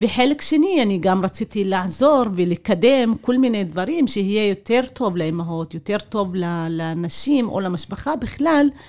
וחלק שני, אני גם רציתי לעזור ולקדם כל מיני דברים שיהיה יותר טוב לאמהות, יותר טוב לנשים או למשפחה בכלל.